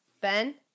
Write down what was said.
Ben